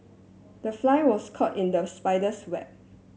the fly was caught in the spider's web